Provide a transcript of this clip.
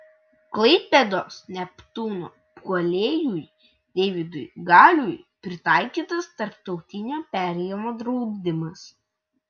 klaipėdos neptūno puolėjui deividui gailiui pritaikytas tarptautinio perėjimo draudimas